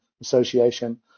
Association